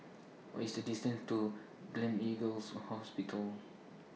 What IS The distance to Gleneagles Hospital